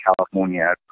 California